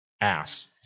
ass